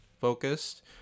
focused